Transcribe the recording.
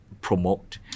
promote